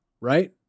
right